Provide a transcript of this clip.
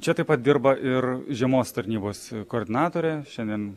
čia taip pat dirba ir žiemos tarnybos koordinatorė šiandien